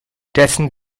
dessen